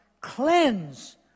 cleanse